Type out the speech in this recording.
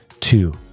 two